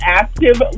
active